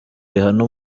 rihana